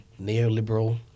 neoliberal